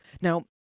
Now